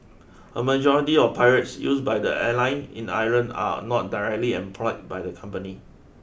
a majority of pilots used by the airline in Ireland are not directly employed by the company